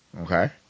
Okay